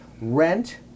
rent